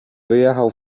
wyjechał